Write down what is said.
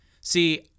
See